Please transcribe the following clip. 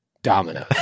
Domino